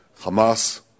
Hamas